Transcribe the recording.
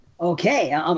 okay